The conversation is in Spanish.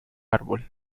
árbol